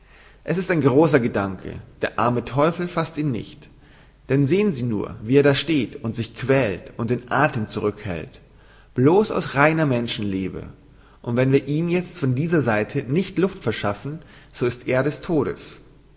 es ist ein großer gedanke der arme teufel faßt ihn nicht denn sehn sie nur wie er da steht und sich quält und den athem zurükhält blos aus reiner menschenliebe und wenn wir ihm jezt von dieser seite nicht luft verschaffen so ist er des todes